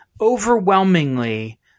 overwhelmingly